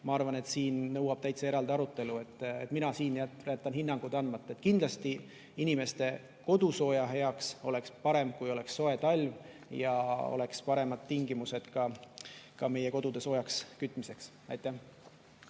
Ma arvan, et see nõuab täitsa eraldi arutelu. Mina siin jätan hinnangud andmata. Kindlasti inimeste kodusooja heaks oleks parem, kui oleks soe talv ja oleks paremad tingimused ka meie kodude soojaks kütmiseks. Aitäh!